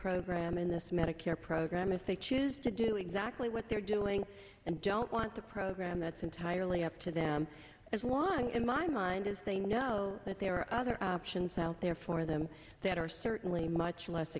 program in this medicare program if they choose to do exactly what they're doing and don't want the program that's entirely up to them as long in my mind as they know that there are other options out there for them that are certainly much less